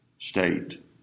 state